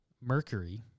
Mercury